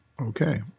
Okay